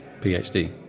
PhD